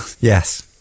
Yes